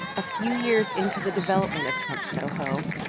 a few years into the development of trump soho,